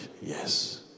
Yes